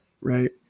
Right